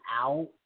out